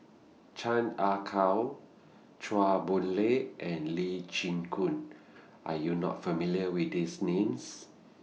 Chan Ah Kow Chua Boon Lay and Lee Chin Koon Are YOU not familiar with These Names